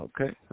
Okay